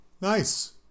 Nice